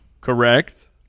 Correct